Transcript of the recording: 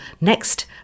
next